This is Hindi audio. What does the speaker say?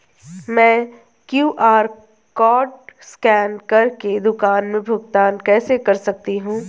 मैं क्यू.आर कॉड स्कैन कर के दुकान में भुगतान कैसे कर सकती हूँ?